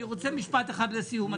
אני רוצה משפט אחד לסיום,